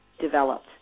developed